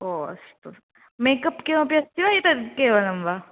ओ अस्तु मेकप् किमपि अस्ति वा एतत् केवलं वा